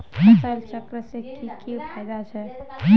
फसल चक्र से की की फायदा छे?